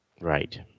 right